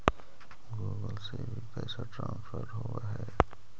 Google से भी पैसा ट्रांसफर होवहै?